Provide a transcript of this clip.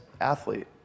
athlete